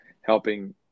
helping